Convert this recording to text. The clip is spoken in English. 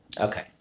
Okay